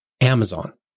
Amazon